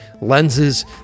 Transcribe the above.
lenses